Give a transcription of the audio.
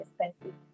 expensive